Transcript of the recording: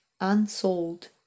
Unsold